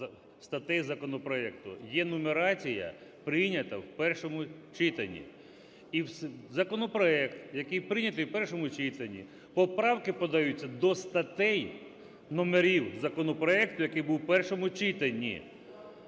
статей законопроекту. Є нумерація, прийнята в першому читанні. Законопроект, який прийнятий в першому читанні, поправки подаються до статей номерів законопроекту, який був в першому читанні.